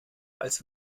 als